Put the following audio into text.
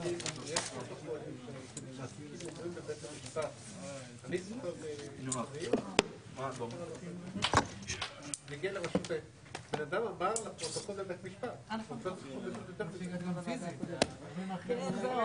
בשעה 12:26.